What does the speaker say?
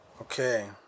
Okay